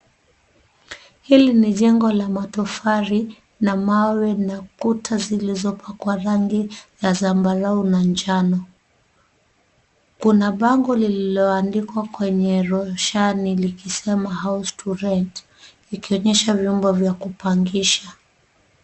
Hili ni jengo la matofali na mawe na kuta zilizopakwa rangi ya zambarau na njano. Kuna bango lililoandikwa kwenye roshani likisema house to rent , ikionyesha vyumba vya kupangisha.